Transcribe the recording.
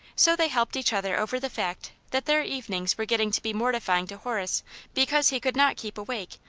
so they helped each other over the fact that their evenings were getting to be mortifying to horace because he could not keep awake,